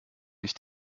nicht